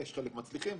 חלק מצליחים,